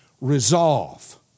Resolve